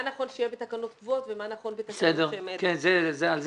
נכון שיהיה בתקנות קבועות ומה נכון בתקנות מסוג זה.